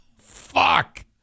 Fuck